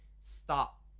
stop